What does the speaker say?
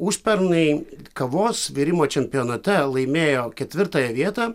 užpernai kavos virimo čempionate laimėjo ketvirtąją vietą